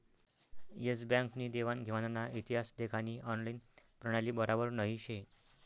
S bank नी देवान घेवानना इतिहास देखानी ऑनलाईन प्रणाली बराबर नही शे